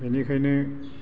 बेनिखायनो